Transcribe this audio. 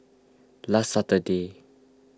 last Saturday